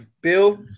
Bill